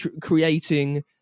creating